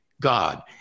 God